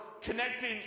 connecting